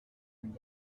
lui